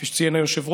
כפי שציין היושב-ראש,